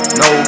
no